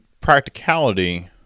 practicality